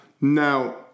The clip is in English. Now